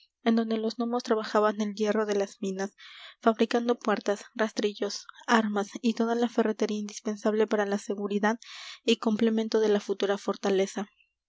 en donde los gnomos trabajan el hierro de las minas fabricando puertas rastrillos armas y toda la ferretería indispensable para la seguridad y complemento de la futura fortaleza